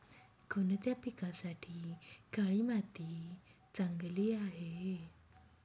कोणत्या पिकासाठी काळी माती चांगली आहे?